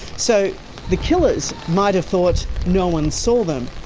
so the killers might have thought no one saw them,